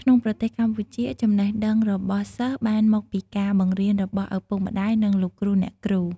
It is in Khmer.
ក្នុងប្រទេសកម្ពុជាចំណេះដឹងរបស់សិស្សបានមកពីការបង្រៀនរបស់ឪពុកម្តាយនិងលោកគ្រូអ្នកគ្រូ។